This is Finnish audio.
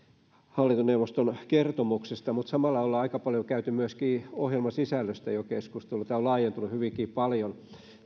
hallintoneuvoston kertomuksesta mutta samalla ollaan aika paljon käyty myöskin ohjelmasisällöstä jo keskustelua tämä keskustelu on laajentunut hyvinkin paljon